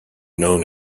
known